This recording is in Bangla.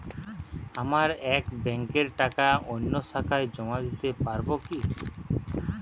আমার এক ব্যাঙ্কের টাকা অন্য শাখায় জমা দিতে পারব কি?